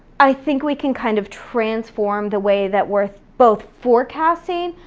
i think we can kind of transform the way that we're both forecasting,